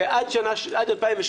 ועד 2017,